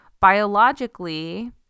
biologically